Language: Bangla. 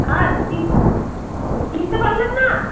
হ্যাঁ চিনতে পারলেন না